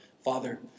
Father